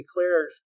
declared